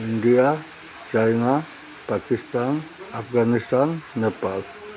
India China Pakistan Afghanistan Nepal